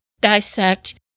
dissect